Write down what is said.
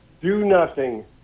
do-nothing